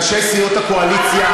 ראשי סיעות הקואליציה,